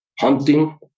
hunting